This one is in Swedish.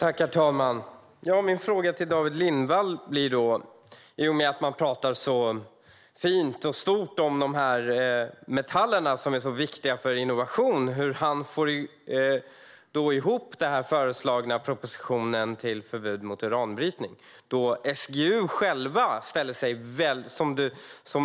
Herr talman! I och med att David Lindvall pratar så fint och stort om de metaller som är så viktiga för innovation blir min fråga hur han får ihop det med propositionen om förbud mot uranbrytning.